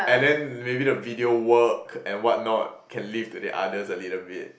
and then maybe the video work and what not can leave to the others a little bit